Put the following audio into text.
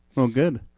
well good.